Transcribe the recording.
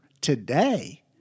Today